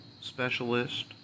specialist